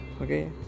Okay